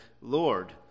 Lord